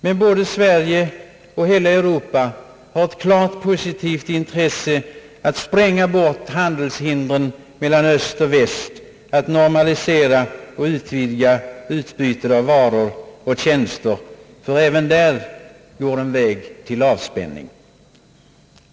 Men både Sverige och hela Europa har ett klart positivt intresse av att spränga bort handelshindren mellan öst och väst, att normalisera och utvidga utbytet av varor och tjänster. även där går en väg till avspänning.